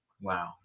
Wow